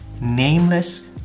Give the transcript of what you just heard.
nameless